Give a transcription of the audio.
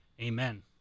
Amen